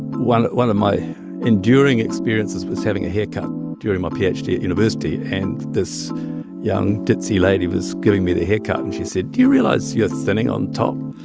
one one of my enduring experiences was having a haircut during my ph d. at university. and this young, ditzy lady was giving me the haircut. and she said, do you realize you're thinning on top?